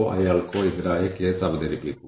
വ്യവഹാരം അല്ലെങ്കിൽ പരിഹാരം നടപ്പിലാക്കുക